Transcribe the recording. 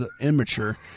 immature